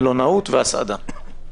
מלונאות והסעדה.